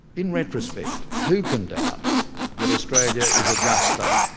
in retrospect, who can doubt that australia is a juster,